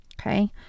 Okay